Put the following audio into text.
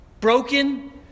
Broken